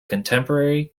contemporary